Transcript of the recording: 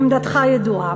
עמדתך ידועה.